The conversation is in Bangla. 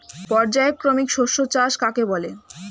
পর্যায়ক্রমিক শস্য চাষ কাকে বলে?